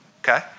Okay